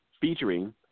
featuring